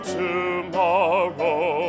tomorrow